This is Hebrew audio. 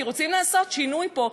כי רוצים לעשות שינוי פה,